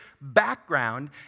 background